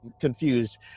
confused